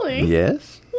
Yes